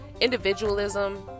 individualism